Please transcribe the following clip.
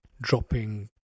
dropping